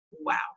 Wow